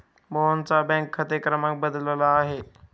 मोहनचा बँक खाते क्रमांक बदलला आहे